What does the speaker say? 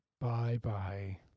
Bye-bye